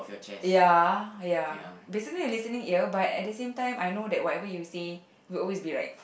ya ya basically a listening ear but at the same time I know that whatever you say would always be right